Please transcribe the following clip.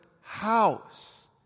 house